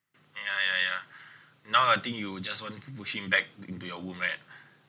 ya ya ya now I think you just want to push him back into your womb eh